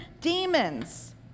demons